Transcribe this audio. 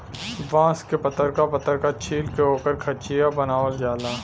बांस के पतरका पतरका छील के ओकर खचिया बनावल जाला